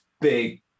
big